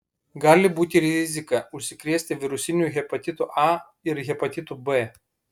gali būti rizika užsikrėsti virusiniu hepatitu a ir hepatitu b